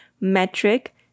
metric